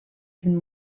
even